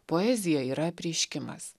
poezija yra apreiškimas